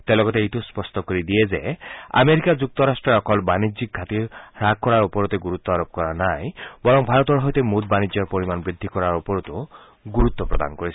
তেওঁ লগতে এইটোও স্পষ্ট কৰি দিয়ে যে আমেৰিকা যুক্তৰাষ্টই অকল বাণিজ্যিক ঘাটী হ্ৰাস কৰাৰ ওপৰতো গুৰুত্ব আৰোপ কৰা নাই বৰং ভাৰতৰ সৈতে মূঠ বাণিজ্যৰ পৰিমাণ বৃদ্ধি কৰাৰ ওপৰতো গুৰুত্ব প্ৰদান কৰিছে